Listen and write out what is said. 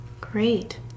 Great